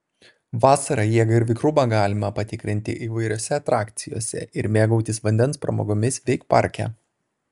vasarą jėgą ir vikrumą galima patikrinti įvairiose atrakcijose ir mėgautis vandens pramogomis veikparke